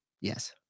Yes